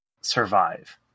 Survive